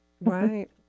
Right